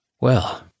Well